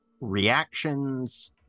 reactions